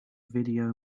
video